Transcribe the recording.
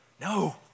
No